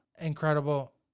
Incredible